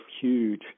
huge